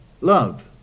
Love